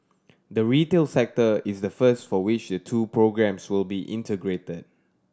the retail sector is the first for which the two programmes will be integrated